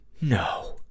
no